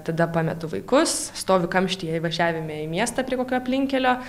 tada pametu vaikus stoviu kamštyje įvažiavime į miestą prie kokio aplinkkelio